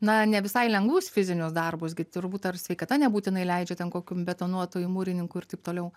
na ne visai lengvus fizinius darbus gi turbūt ar sveikata nebūtinai leidžia ten kokiu betonuotoju mūrininku ir taip toliau